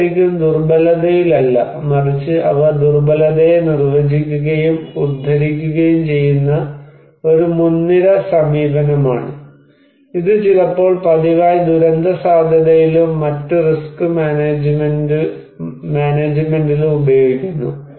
ഇത് ശരിക്കും ദുർബലതയിലല്ല മറിച്ച് അവ ദുർബലതയെ നിർവചിക്കുകയും ഉദ്ധരിക്കുകയും ചെയ്യുന്ന ഒരു മുൻനിര സമീപനമാണ് ഇത് ഇപ്പോൾ പതിവായി ദുരന്തസാധ്യതയിലും മറ്റ് റിസ്ക് മാനേജ്മെന്റിലും ഉപയോഗിക്കുന്നു